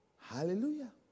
Hallelujah